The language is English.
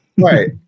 Right